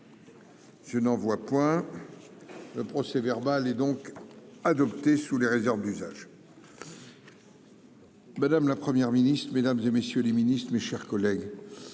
Je n'en vois point le procès verbal est donc adopté sous les réserves d'usage. Madame la première ministre, mesdames et messieurs les ministres, mes chers collègues,